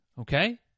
Okay